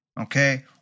Okay